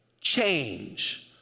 change